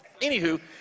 Anywho